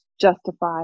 justify